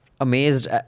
amazed